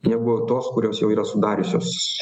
negu tos kurios jau yra sudariusios